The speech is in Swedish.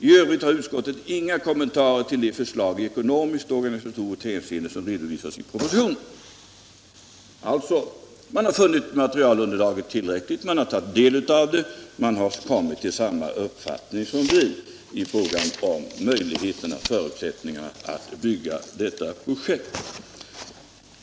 I övrigt har utskottet inga kommentarer till de förslag i ekonomiskt och organisatoriskt hänseende som redovisas i propositionen.” Utskottet hade alltså funnit underlagsmaterialet tillräckligt. Utskottet hade tagit del av det och kommit till samma uppfattning som vi i fråga om förutsättningarna för att genomföra detta projekt.